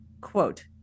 quote